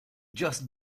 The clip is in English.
just